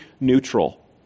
neutral